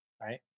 right